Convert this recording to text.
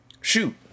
Shoot